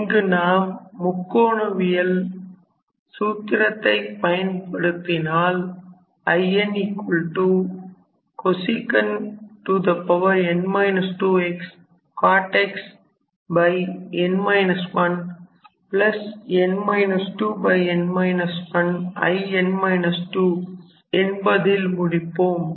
இங்கு நாம் முக்கோணவியல் சூத்திரத்தை பயன்படுத்தினால் Incosec n 2x cot xn 1 n 2 n 1 In 2 என்பதில் முடிப்போம்